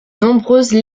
nombreuses